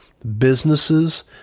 businesses